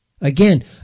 Again